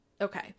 Okay